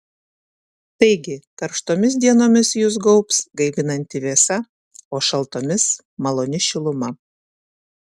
taigi karštomis dienomis jus gaubs gaivinanti vėsa o šaltomis maloni šiluma